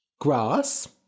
grass